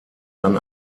dann